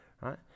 right